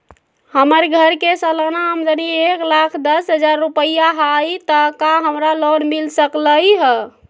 हमर घर के सालाना आमदनी एक लाख दस हजार रुपैया हाई त का हमरा लोन मिल सकलई ह?